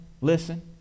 Listen